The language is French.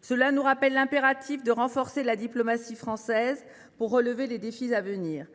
Cela nous rappelle combien il est impératif de renforcer la diplomatie française pour relever les défis à venir.